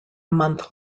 month